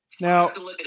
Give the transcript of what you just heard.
Now